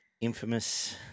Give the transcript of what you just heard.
infamous